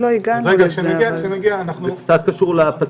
נכון שעוד לא הגענו לזה אבל זה קשור לפתיח.